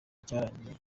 cyarangiye